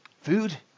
food